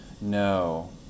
No